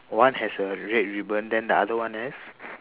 one has a red ribbon then the other one has